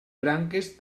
branques